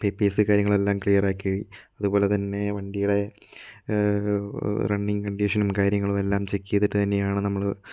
papers കാര്യങ്ങളെല്ലാം ക്ലിയറാക്കി അതുപോല തന്നെ വണ്ടിയുടെ റണ്ണിംഗ് കണ്ടീഷനും കാര്യങ്ങളു എല്ലാം ചെക്ക് ചെയ്തിട്ട് തന്നെയാണ് നമ്മള്